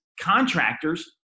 contractors